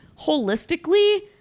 holistically